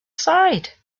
side